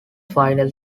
final